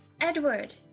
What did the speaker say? Edward